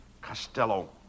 Costello